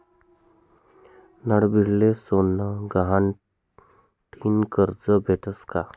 नडभीडले सोनं गहाण ठीन करजं भेटस का?